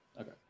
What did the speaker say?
Okay